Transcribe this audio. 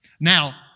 Now